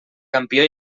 campió